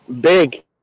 Big